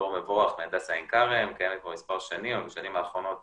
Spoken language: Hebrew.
מהדסה עין כרם, קיימת מספר שנים ובשנים האחרונות